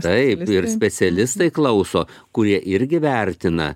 taip ir specialistai klauso kurie irgi vertina